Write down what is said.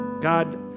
God